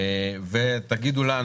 תגידו לנו